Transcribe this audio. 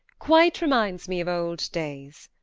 quite reminds me of old days.